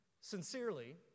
sincerely